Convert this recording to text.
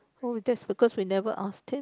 oh that's because we never ask ten